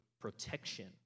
protection